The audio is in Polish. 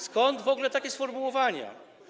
Skąd w ogóle takie sformułowania?